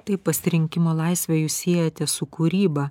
tai pasirinkimo laisvę jūs siejate su kūryba